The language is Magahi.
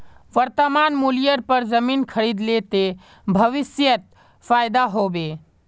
वर्तमान मूल्येर पर जमीन खरीद ले ते भविष्यत फायदा हो बे